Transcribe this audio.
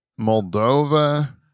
Moldova